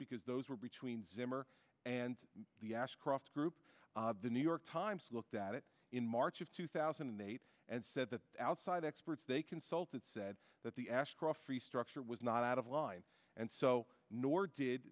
because those were between zimmer and the ashcroft group the new york times looked at it in march of two thousand and eight and said that outside experts they consulted said that the ashcroft restructure was not out of line and so nor did